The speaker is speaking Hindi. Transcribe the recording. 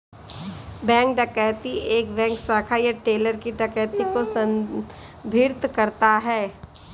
बैंक डकैती एक बैंक शाखा या टेलर की डकैती को संदर्भित करता है